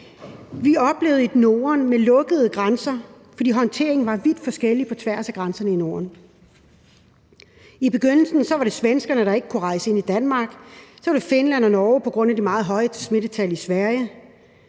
Vi oplevede et Norden med lukkede grænser, fordi håndteringen var vidt forskellig på tværs af grænserne i Norden. I begyndelsen var det svenskerne, der ikke kunne rejse ind i Danmark; så gjaldt det Finland og Norge på grund af det meget høje smittetal i Sverige.